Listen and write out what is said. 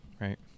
right